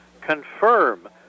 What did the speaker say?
confirm